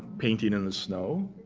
painting in the snow.